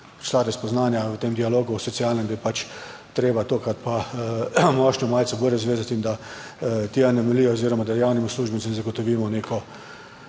prišla do spoznanja v tem dialogu, v socialnem, je pač treba tokrat pa mošnjo malce bolj razvezati in da te anomalije oziroma, da javnim uslužbencem zagotovimo neko